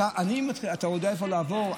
אתה יודע איפה לעבור,